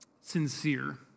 sincere